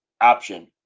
option